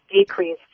decrease